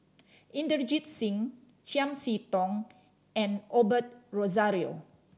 Inderjit Singh Chiam See Tong and Osbert Rozario